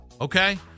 okay